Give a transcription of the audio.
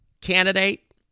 candidate